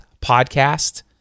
podcast